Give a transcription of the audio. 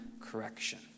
correction